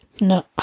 no